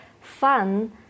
fun